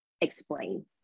explain